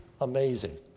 amazing